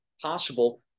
possible